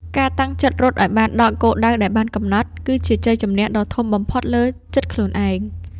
ការតាំងចិត្តរត់ឱ្យបានដល់គោលដៅដែលបានកំណត់ គឺជាជ័យជម្នះដ៏ធំបំផុតលើចិត្តខ្លួនឯង។